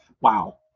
wow